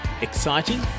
exciting